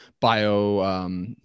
bio